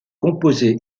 composé